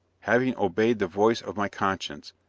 having obeyed the voice of my conscience,